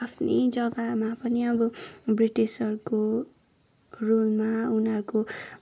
आफ्नै जग्गामा पनि अब ब्रिटिसहरूको रुलमा उनीहरूको